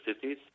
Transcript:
cities